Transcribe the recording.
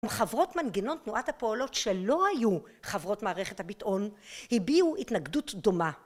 חברות מנגנון תנועת הפועלות שלא היו חברות מערכת הביטאון, הביעו התנגדות דומה.